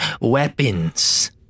weapons